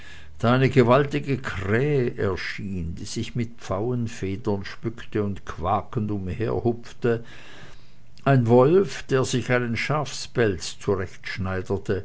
eine gewaltige krähe erschien die sich mit pfauenfedern schmückte und quakend umherhupfte ein wolf der sich einen schafspelz